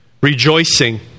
rejoicing